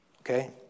Okay